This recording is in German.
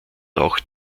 auch